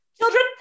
Children